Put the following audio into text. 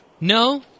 No